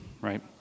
right